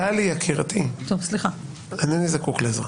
טלי יקירתי, אינני זקוק לעזרה.